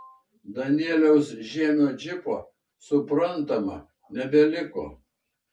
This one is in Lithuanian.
danieliaus žiemio džipo suprantama nebeliko